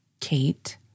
Kate